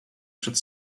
przed